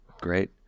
great